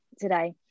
today